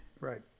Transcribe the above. Right